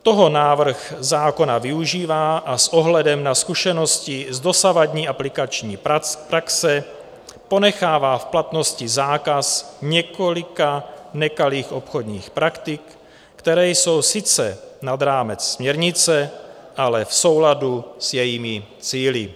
Toho návrh zákona využívá a s ohledem na zkušenosti z dosavadní aplikační praxe ponechává v platnosti zákaz několika nekalých obchodních praktik, které jsou sice nad rámec směrnice, ale v souladu s jejími cíli.